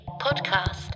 podcast